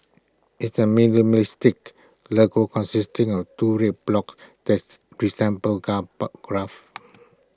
IT is A mistake logo consisting of two red blocks that's resemble bar graphs